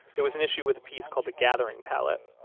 it was an issue with a piece called the gathering pallet.